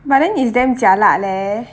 but then it's damn jialat leh